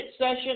session